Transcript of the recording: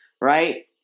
Right